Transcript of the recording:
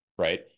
Right